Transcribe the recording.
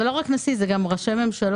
זה לא רק נשיא, זה גם ראשי ממשלות.